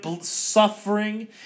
suffering